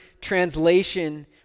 translation